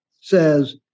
says